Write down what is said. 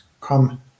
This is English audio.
come